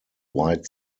white